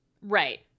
Right